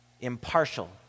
impartial